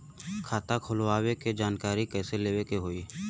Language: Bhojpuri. खाता खोलवावे के जानकारी कैसे लेवे के होई?